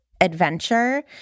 adventure